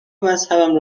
مذهبم